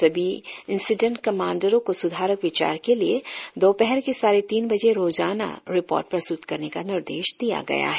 सभी इंसीडेंट कमांडरो को स्धारक विचार के लिए दोपहर के साढ़े तीन बजे रोजाना रिपोर्ट प्रस्तुत करने का निर्दोश दिया गया है